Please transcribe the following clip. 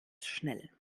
schnell